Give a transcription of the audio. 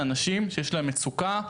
יש כאן אנשים שיש להם מצוקה,